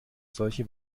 solche